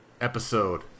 episode